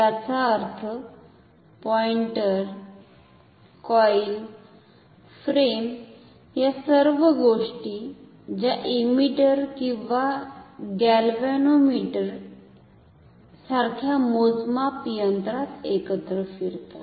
याचा अर्थ pointer coil frame या सर्व गोष्टी ज्या इमीटर किंवा गॅल्वनोमीटर सारख्या मोजमाप यंत्रात एकत्र फिरतात